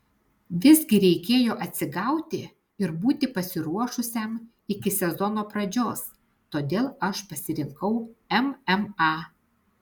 visgi reikėjo atsigauti ir būti pasiruošusiam iki sezono pradžios todėl aš pasirinkau mma